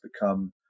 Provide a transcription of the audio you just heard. become